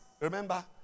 remember